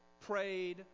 prayed